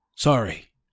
Sorry